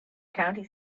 county